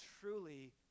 truly